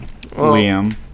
Liam